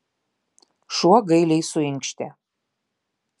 šuo gailiai suinkštė